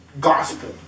gospel